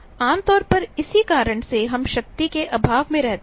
आम तौर पर इसी कारण से हम शक्ति के अभाव में रहते हैं